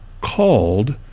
called